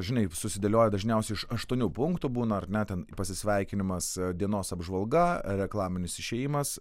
žinai susidėlioję dažniausiai iš aštuonių punktų būna ar ne ten pasisveikinimas dienos apžvalga reklaminis išėjimas